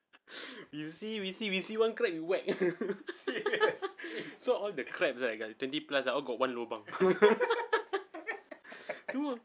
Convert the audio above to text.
we see we see we see one crab we whack so all the crabs right the twenty plus ah all got one lubang